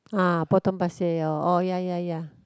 uh Potong-Pasir oh ya ya ya